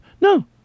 No